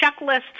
checklists